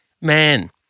man